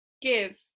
give